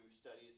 studies